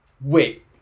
Wait